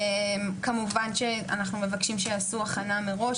כמובן שאנחנו מבקשים שיעשו הכנה מראש.